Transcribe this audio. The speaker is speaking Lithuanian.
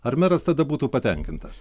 ar meras tada būtų patenkintas